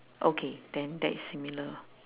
okay then that is similar